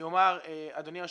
אדוני היושב-ראש,